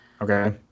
Okay